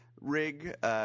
rig –